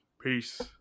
Peace